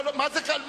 לא קצר.